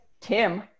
Tim